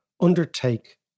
undertake